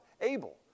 Abel